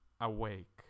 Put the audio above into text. Awake